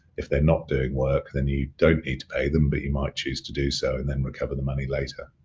if they're not doing work, then you don't need to pay them but you might choose to do so and then recover the money later.